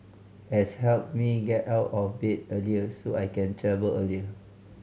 has helped me get out of bed earlier so I can travel earlier